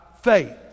faith